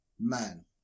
man